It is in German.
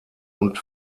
und